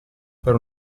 per